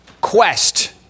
quest